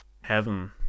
heaven